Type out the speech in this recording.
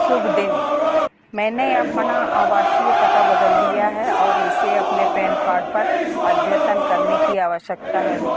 शुभ दिन मैंने अपना आवासीय पता बदल दिया है और इसे अपने पैन कार्ड पर अद्यतन करने की आवश्यकता है